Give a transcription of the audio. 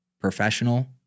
professional